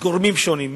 מגורמים שונים,